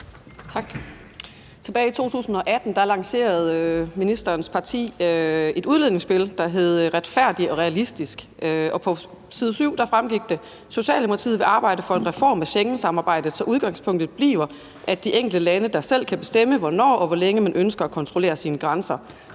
Tilbage i 2018 lancerede ministerens parti et udlændingeudspil, der hed »Retfærdig og Realistisk«, og på side 7 fremgik det, at Socialdemokratiet vil arbejde for en reform af Schengensamarbejdet, så udgangspunktet bliver, at det er de enkelte lande, der selv kan bestemme, hvornår og hvor længe man ønsker at kontrollere sine egne grænser.